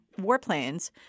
warplanes